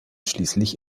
schließlich